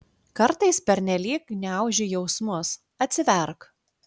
kartais pernelyg gniauži jausmus atsiverk